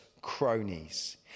cronies